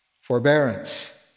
forbearance